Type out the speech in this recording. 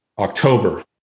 October